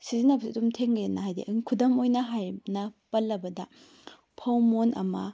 ꯁꯤꯖꯤꯟꯅꯕꯁꯨ ꯑꯗꯨꯝ ꯊꯦꯡꯅꯩꯗꯅ ꯍꯥꯏꯗꯤ ꯑꯗꯨꯝ ꯈꯨꯗꯝ ꯑꯣꯏꯅ ꯍꯥꯏꯔꯞꯅ ꯄꯜꯂꯕꯗ ꯐꯧ ꯃꯣꯟ ꯑꯃ